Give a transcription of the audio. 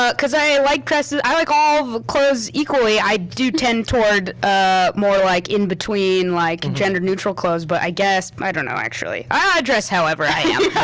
ah cause i i like dresses, i like all of the clothes equally, i do tend toward ah more like in between like and gender neutral clothes. but i guess, i don't know actually. ah i dress however i am!